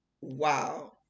wow